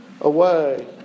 away